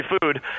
food